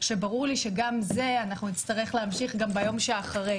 שברור לי שגם עם זה אנחנו נצטרך להמשיך גם ביום שאחרי.